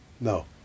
No